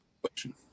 question